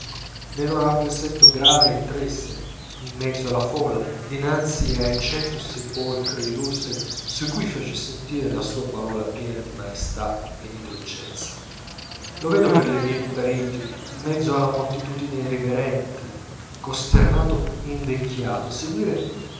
me lo rappresento grave e triste in mezzo alla folla dinanzi ai cento sepolcri illustri su cui fece sentire la sua parola piena di maestà e di dolcezza lo vedo per le vie di parigi in mezzo alla moltitudine riverente costernato e invecchiato seguire